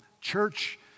church